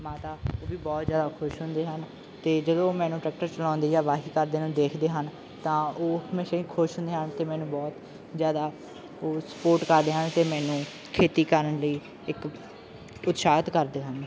ਮਾਤਾ ਉਹ ਵੀ ਬਹੁਤ ਜ਼ਿਆਦਾ ਖੁਸ਼ ਹੁੰਦੇ ਹਨ ਅਤੇ ਜਦੋਂ ਮੈਨੂੰ ਟਰੈਕਟਰ ਚਲਾਉਂਦੇ ਜਾਂ ਵਾਹੀ ਕਰਦੇ ਨੂੰ ਦੇਖਦੇ ਹਨ ਤਾਂ ਉਹ ਹਮੇਸ਼ਾ ਹੀ ਖੁਸ਼ ਹੁੰਦੇ ਹਨ ਅਤੇ ਮੈਨੂੰ ਬਹੁਤ ਜ਼ਿਆਦਾ ਉਹ ਸਪੋਰਟ ਕਰਦੇ ਹਨ ਅਤੇ ਮੈਨੂੰ ਖੇਤੀ ਕਰਨ ਲਈ ਇੱਕ ਉਤਸ਼ਾਹਿਤ ਕਰਦੇ ਹਨ